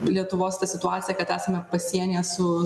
lietuvos ta situacija kad esame pasienyje su